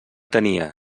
tenia